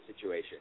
situation